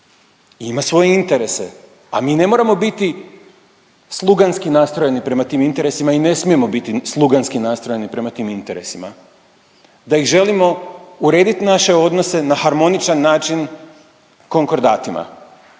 ima svoje interese, a mi ne moramo biti sluganski nastrojeni prema tim interesima i ne smijemo biti sluganski nastrojeni prema tim interesima. Da ih želimo uredit naše odnose na harmoničan način konkordatima.